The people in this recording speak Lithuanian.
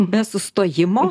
be sustojimo